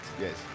Yes